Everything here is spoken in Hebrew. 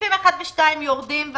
סעיפים 1 ו-2 יורדים,